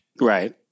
Right